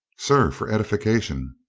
sir, for edification.